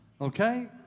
Okay